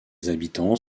habitants